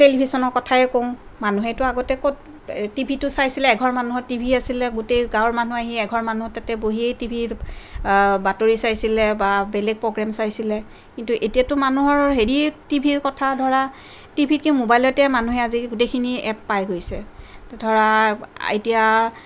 টেলিভিচনৰ কথাই কওঁ মানুহেতো আগতে ক'ত টিভিটো চাইছিলে এঘৰ মানুহৰ টিভি আছিলে গোটেই গাঁৱৰ মানুহ আহি এঘৰ মানুহৰ তাতে বহি টিভি বাতৰি চাইছিলে বা বেলেগ প্ৰগেম চাইছিলে কিন্তু এতিয়াতো মানুহৰ হেৰি টিভিৰ কথা ধৰা টিভিতকৈ মোবাইলতে মানুহে আজিকালি গোটেইখিনি এপ পাই গৈছে ধৰা এতিয়া